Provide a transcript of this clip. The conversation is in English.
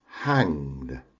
hanged